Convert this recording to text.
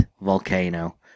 Volcano